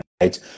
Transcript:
right